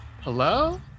Hello